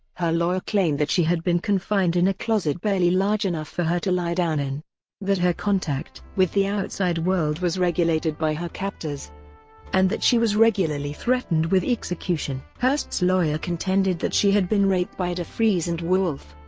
her lawyer claimed that she had been confined in a closet barely large enough for her to lie down in that her contact with the outside world was regulated by her captors and that she was regularly threatened with execution. hearst's lawyer contended that she had been raped by defreeze and wolfe.